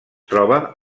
troba